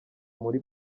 muri